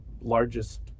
largest